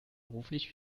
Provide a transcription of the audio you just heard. beruflich